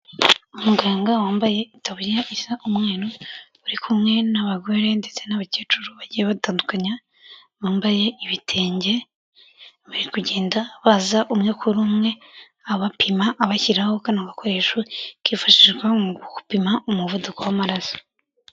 Umuganga wambaye itaburiya isa umweru, uri kumwe n'abagore ndetse n'abakecuru bagiye batandukanye, bambaye ibitenge bari kugenda baza umwe kuri umwe, abapima abashyiraho kano gakoresho kifashishwa mu gupima umuvuduko w'amaraso.